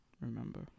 remember